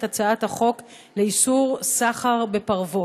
את הצעת החוק לאיסור סחר בפרוות,